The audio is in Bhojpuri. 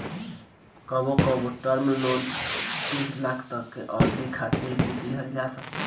कबो कबो टर्म लोन तीस साल तक के अवधि खातिर भी दीहल जा सकेला